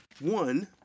One